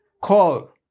call